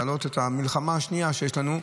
להעלות את המלחמה השנייה שיש לנו,